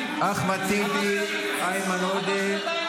אחמד טיבי, איימן עודה,